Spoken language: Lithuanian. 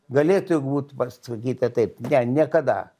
galėtų jeigu būt pasakyta taip ne niekada